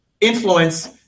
influence